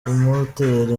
kumutera